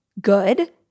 good